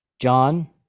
John